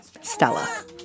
Stella